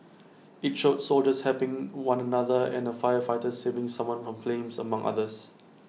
IT showed soldiers helping one another and A firefighter saving someone from flames among others